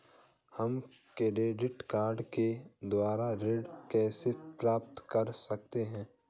हम credit card के द्वारा ऋण कैसे प्राप्त कर सकते हैं?